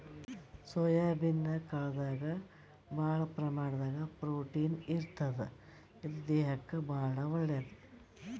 soybean ಕಾಳ್ದಾಗ್ ಭಾಳ್ ಪ್ರಮಾಣದಾಗ್ ಪ್ರೊಟೀನ್ ಇರ್ತದ್ ಇದು ದೇಹಕ್ಕಾ ಭಾಳ್ ಒಳ್ಳೇದ್